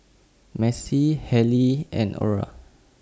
Maci Hailey and Orra